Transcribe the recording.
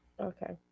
Okay